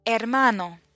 hermano